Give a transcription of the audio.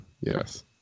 yes